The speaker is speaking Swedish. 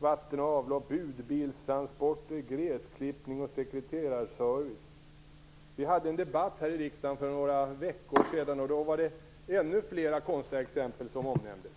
vatten och avlopp, budbilstransporter, gräsklippning och sekreterarservice. Vi hade en debatt om kommunala bidrag här i riksdagen för en tid sedan. Då var det ett stort antal konstiga exempel som omnämndes.